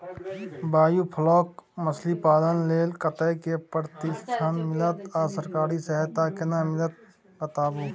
Biofloc मछलीपालन लेल कतय स प्रशिक्षण मिलत आ सरकारी सहायता केना मिलत बताबू?